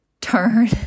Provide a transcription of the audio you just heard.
turn